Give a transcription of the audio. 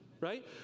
right